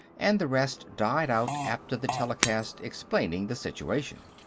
and the rest died out after the telecast explaining the situation.